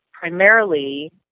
primarily